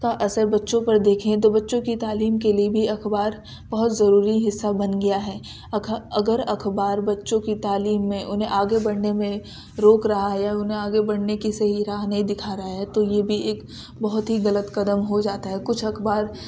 کا اثر بچوں پر دیکھیں تو بچّوں کی تعلیم کے لیے بھی اخبار بہت ضروری حصّہ بن گیا ہے اگر اخبار بّچوں کی تعلیم میں انہیں آگے بڑھنے میں روک رہا ہے یا انہیں آگے بڑھنے کی صحیح راہ نہیں دکھا رہا ہے تو یہ بھی ایک بہت ہی غلط قدم ہو جاتا ہے کچھ اخبار